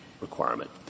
requirement